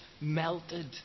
melted